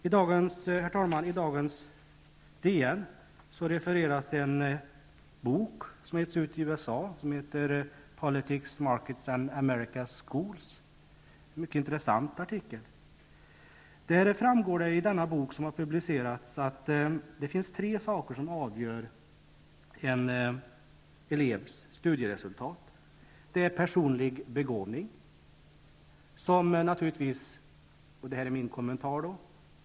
Ur Dagens Nyheter i dag refereras en bok som har getts ut i USA, ''Politics, Markets, and America's Schools''. Det är en mycket intressant artikel. Av boken framgår att det finns tre saker som avgör en elevs studieresultat. Det gäller för det första personlig begåvning.